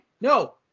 No